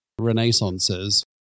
renaissances